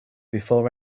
before